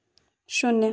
शून्य